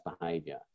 behavior